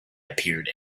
appeared